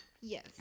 yes